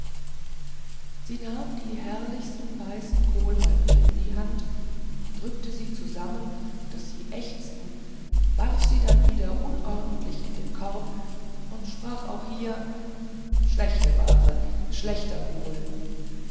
sie nahm die herrlichsten weißen kohlhäupter in die hand drückte sie zusammen daß sie ächzten warf sie dann wieder unordentlich in den korb und sprach auch hier schlechte ware schlechter kohl